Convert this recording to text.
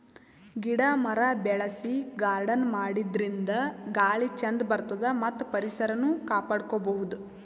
ಗಿಡ ಮರ ಬೆಳಸಿ ಗಾರ್ಡನ್ ಮಾಡದ್ರಿನ್ದ ಗಾಳಿ ಚಂದ್ ಬರ್ತದ್ ಮತ್ತ್ ಪರಿಸರನು ಕಾಪಾಡ್ಕೊಬಹುದ್